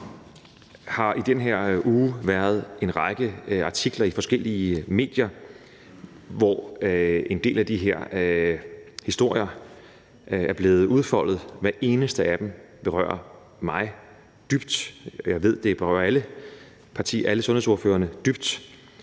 der har i den her uge været en række artikler i forskellige medier, hvor en del af de her historier er blevet udfoldet. Hver eneste af dem berører mig dybt. Jeg ved, at det berører alle partiernes sundhedsordførere dybt.